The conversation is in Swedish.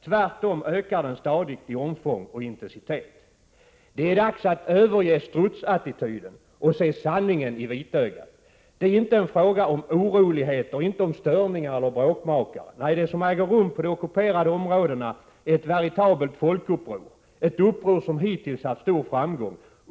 Tvärtom ökar den stadigt i omfång och intensitet. Det är dags att överge strutsattityden och se sanningen ii vitögat. Det är inte en fråga om ”oroligheter”, inte om störningar eller ”bråkmakare”. Nej, det som äger rum på de ockuperade områdena är ett veritabelt folkuppror, ett uppror som hittills haft stor framgång.